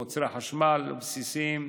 מוצרי חשמל בסיסיים,